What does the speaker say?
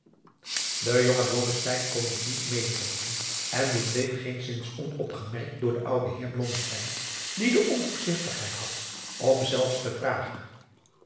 de jonge blommesteyn kon dit niet mede drinken en dit bleef geenszins onopgemerkt door den ouden heer blommesteyn die de onvoorzigtigheid had om zelfs te vragen